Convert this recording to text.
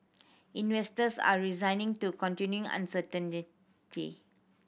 investors are resigned to continuing uncertainty